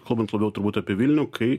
kalbant labiau turbūt apie vilnių kai